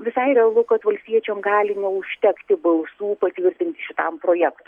visai realu kad valstiečiam gali neužtekti balsų patvirtinti šitam projektui